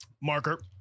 Marker